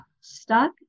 stuck